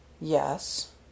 Yes